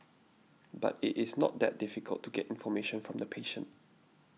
but it is not that difficult to get information from the patient